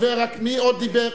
מי עוד דיבר?